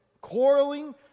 quarreling